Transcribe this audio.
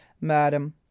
Madam